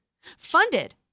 funded